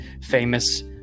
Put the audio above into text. famous